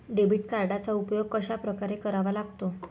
Debit कार्डचा उपयोग कशाप्रकारे करावा लागतो?